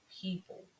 people